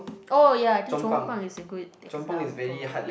orh ya I think Chong pang is a good example